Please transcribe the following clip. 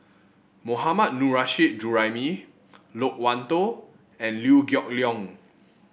Mohammad Nurrasyid Juraimi Loke Wan Tho and Liew Geok Leong